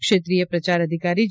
ક્ષેત્રીય પ્રચાર અધિકારી જે